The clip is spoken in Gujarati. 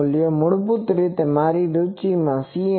મૂળભૂત રીતે મારી રૂચી Cnમાં છે